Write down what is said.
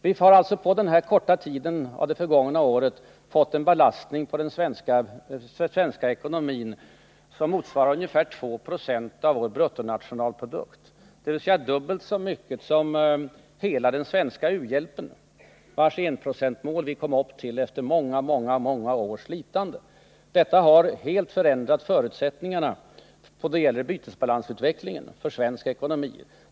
Vi har alltså på den korta tid av det här året som gått sedan dess fått en belastning av den svenska ekonomin som motsvarar ungefär 2 96 av vår bruttonationalprodukt, dvs. dubbelt så mycket som hela den svenska u-hjälpen, vars enprocentsmål vi kom upp till efter många, många års slitande. Detta har helt förändrat förutsättningarna då det gäller bytesbalansutvecklingen för svensk ekonomi.